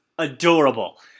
Adorable